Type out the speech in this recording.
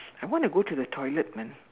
I want to go to the toilet man